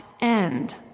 end